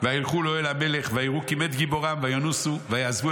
וילכו לאוהל המלך ויראו כי מת גיבורם וינוסו ויעזבו